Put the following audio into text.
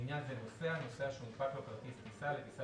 לעניין זה "נוסע" נוסע שהונפק לו כרטיס טיסה לטיסה